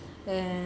and